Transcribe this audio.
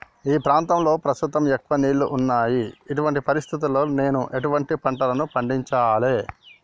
మా ప్రాంతంలో ప్రస్తుతం ఎక్కువ నీళ్లు ఉన్నాయి, ఇటువంటి పరిస్థితిలో నేను ఎటువంటి పంటలను పండించాలే?